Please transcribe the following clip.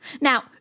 Now